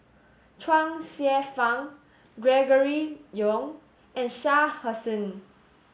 Chuang Hsueh Fang Gregory Yong and Shah Hussain